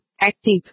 Active